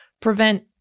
prevent